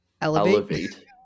elevate